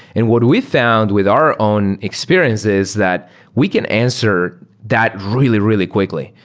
and what we found with our own experiences that we can answer that really, really quickly.